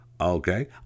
Okay